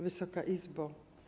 Wysoka Izbo!